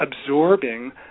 absorbing